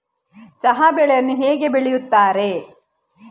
ಚಹಾ ಬೆಳೆಯನ್ನು ಹೇಗೆ ಬೆಳೆಯುತ್ತಾರೆ?